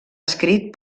escrit